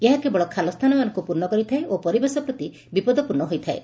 ଏହା କେବଳ ଖାଲ ସ୍ଚାନମାନଙ୍କୁ ପୂର୍ଶ୍ଚ କରିଥାଏ ଏବଂ ପରିବେଶ ପ୍ରତି ବିପଦପୂର୍ଶ୍ଚ ହୋଇଥାଏ